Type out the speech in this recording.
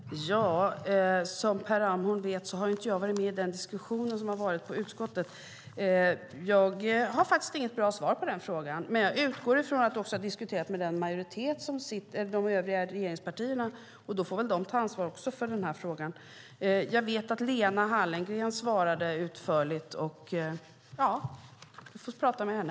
Herr talman! Som Per Ramhorn vet har jag inte varit med i den diskussion som har förts i utskottet. Jag har faktiskt inget bra svar på den frågan. Jag utgår ifrån att du också har diskuterat med de övriga regeringspartierna. Då får de också ta ansvar för den här frågan. Jag vet att Lena Hallengren svarade utförligt. Du får prata med henne.